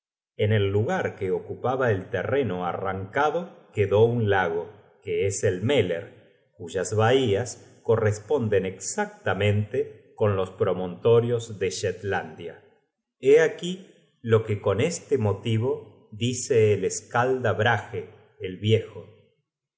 en el lugar que ocupaba el terreno arrancado quedó un lago que es el meler cuyas bahías corresponden exactamente con los promontorios de shetlandia lié aquí lo que con este motivo dice el skalda brage el viejo